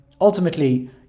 ultimately